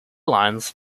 lines